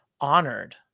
honored